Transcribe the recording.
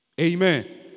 Amen